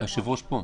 היושב-ראש פה.